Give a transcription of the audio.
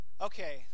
Okay